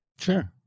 Sure